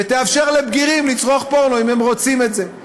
ותאפשר לבגירים לצרוך פורנו אם הם רוצים את זה.